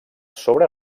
sobre